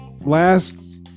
last